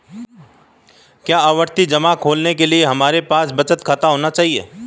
क्या आवर्ती जमा खोलने के लिए हमारे पास बचत खाता होना चाहिए?